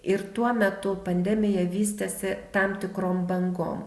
ir tuo metu pandemija vystėsi tam tikrom bangom